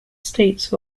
states